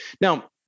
Now